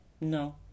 no